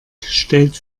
stellt